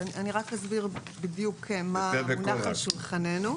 אז אני רק אסביר בדיוק מה מונח על שולחננו.